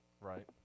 Right